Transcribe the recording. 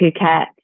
Phuket